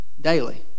Daily